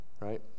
right